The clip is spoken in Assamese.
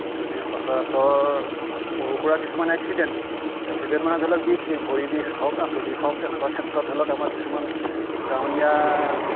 কিন্তু ইনেই সচৰাচৰ সৰু সুৰা কিছুমান এক্সিডেন্ট এক্সিডেন্ট মানে ধৰি লওক বিষ চিষ ভৰিৰ বিষ হওক আঁঠুৰ বিষ হওক তেনেকুৱা ক্ষেত্ৰত ধৰি লওক আমাৰ কিছুমান গাঁৱলীয়া